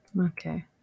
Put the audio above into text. okay